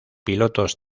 pilotos